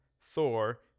Thor